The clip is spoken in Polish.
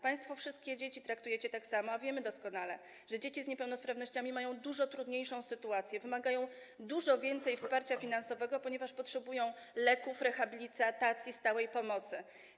Państwo wszystkie dzieci traktujecie tak samo, a wiemy doskonale, że dzieci z niepełnosprawnościami mają dużo trudniejszą sytuację, wymagają dużo więcej wsparcia finansowego, ponieważ potrzebują leków, rehabilitacji, stałej pomocy.